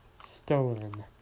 stolen